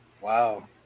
Wow